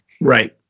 Right